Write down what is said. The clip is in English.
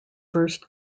first